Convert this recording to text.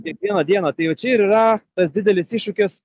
kiekvieną dieną tai jau čia ir yra tas didelis iššūkis